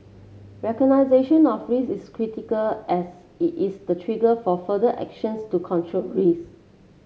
recognition of risks is critical as it is the trigger for further actions to control risks